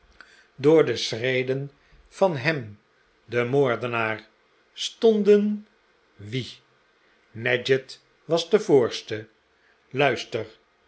door de schreden van hem den moordenaar stonden wie nadgett was de voorste luister